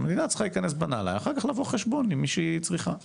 המדינה צריכה להיכנס בנעליה ואחר כך לעשות חשבון עם מי שהיא צריכה,